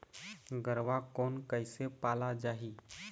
गरवा कोन कइसे पाला जाही?